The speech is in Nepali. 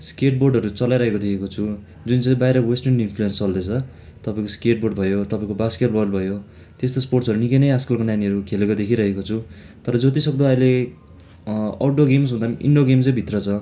स्केटबोर्डहरू चलाइरहेको देखेको छु जुन चाहिँ चाहिँ बाहिरको वेस्टर्न इन्फ्लुएन्स चल्दैछ तपैको स्केटबोर्ड भयो तपाईँको बास्केटबल भयो त्यस्तो स्पोट्सहरू निकै नै आजकलको नानीहरू खेलेको देखिरहेको छु तर जतिसक्दो अहिले आउटडोर गेम्सभन्दा पनि इन्डोर गेम चाहिँ भित्र छ